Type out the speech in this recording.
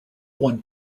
one